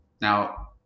Now